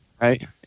Right